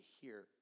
hear